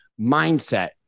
mindset